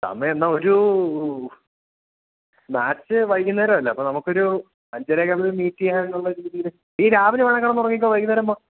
സമയം എന്താണ് ഒരു മാച്ച് വൈകുന്നേരമല്ലേ അപ്പോള് നമുക്കൊരു അഞ്ചരയൊക്കെയാകുമ്പോഴേക്കും മീറ്റ് ചെയ്യാനുള്ള രീതിയില് നീ രാവിലെ വേണമെങ്കില് കിടന്നുറങ്ങിക്കോളൂ വൈകുന്നേരം പോകാം